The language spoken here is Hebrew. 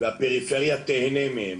והפריפריה תהנה מהם.